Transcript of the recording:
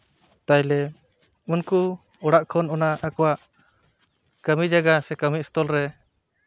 ᱛᱟᱦᱚᱞᱮ ᱩᱱᱠᱩ ᱚᱲᱟᱜ ᱠᱷᱚᱱ ᱟᱠᱚᱣᱟᱜ ᱠᱟᱹᱢᱤ ᱡᱟᱭᱜᱟ ᱥᱮ ᱠᱟᱹᱢᱤ ᱥᱛᱷᱚᱞ ᱨᱮ